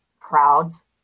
crowds